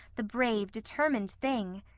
the brave determined thing!